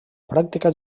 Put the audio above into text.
pràctica